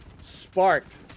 sparked